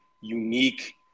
unique